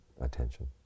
attention